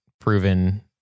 proven